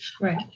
right